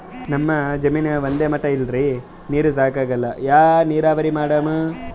ನಮ್ ಜಮೀನ ಒಂದೇ ಮಟಾ ಇಲ್ರಿ, ನೀರೂ ಸಾಕಾಗಲ್ಲ, ಯಾ ನೀರಾವರಿ ಮಾಡಮು?